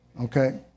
Okay